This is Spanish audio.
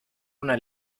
una